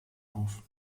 auf